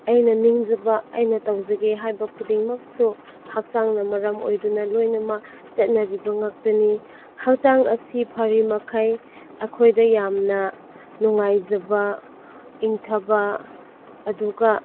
ꯑꯩꯅ ꯅꯤꯡꯖꯕ ꯑꯩꯅ ꯇꯧꯖꯒꯦ ꯍꯥꯏꯕ ꯈꯨꯗꯤꯡꯃꯛꯁꯨ ꯍꯛꯆꯥꯡꯅ ꯃꯔꯝ ꯑꯣꯏꯗꯨꯅ ꯂꯣꯏꯅꯃꯛ ꯆꯠꯅꯔꯤꯕ ꯉꯥꯛꯇꯅꯤ ꯍꯛꯆꯥꯡ ꯑꯁꯤ ꯐꯔꯤ ꯃꯈꯩ ꯑꯩꯈꯣꯏꯗ ꯌꯥꯝꯅ ꯅꯨꯡꯉꯥꯏꯖꯕ ꯏꯪꯊꯕ ꯑꯗꯨꯒ